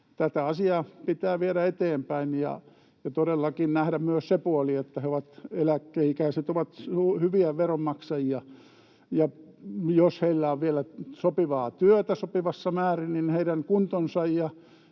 tätä asiaa pitää viedä eteenpäin ja todellakin nähdä myös se puoli, että eläkeikäiset ovat hyviä veronmaksajia. Jos heillä on vielä sopivaa työtä sopivassa määrin, niin heidän kuntonsa ja